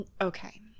okay